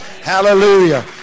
Hallelujah